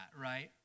right